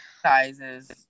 sizes